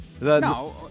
no